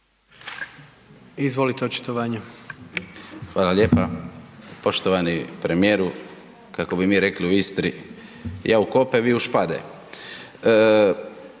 Emil (IDS)** Hvala lijepa poštovani premijeru, kako bi mi rekli u Istri, ja u kope, vi u špade.